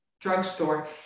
drugstore